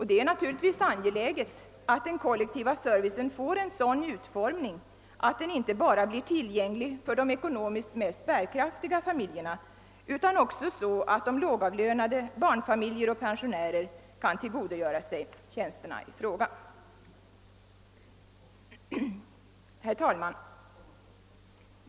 Det är givetvis angeläget att den kollektiva servicen får en sådan utformning att den inte bara blir tillgänglig för de ekonomiskt mest bärkraftiga familjerna — också lågavlönade, barnfamiljer och pensionärer skall kunna tillgodogöra sig tjänsterna i fråga. Herr talman!